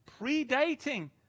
predating